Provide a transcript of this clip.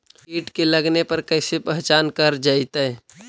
कीट के लगने पर कैसे पहचान कर जयतय?